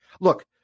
Look